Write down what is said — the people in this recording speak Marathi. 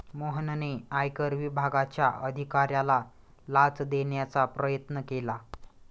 मोहनने आयकर विभागाच्या अधिकाऱ्याला लाच देण्याचा प्रयत्न केला